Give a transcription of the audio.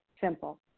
simple